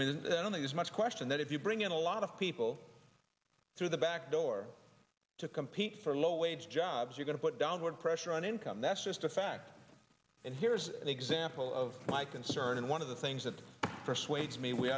i mean i don't there's much question that if you bring in a lot of people through the back door to compete for low wage jobs we're going to put downward pressure on income that's just a fact and here's an example of my concern and one of the things that persuades me we